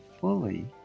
fully